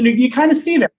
know, you kind of see that,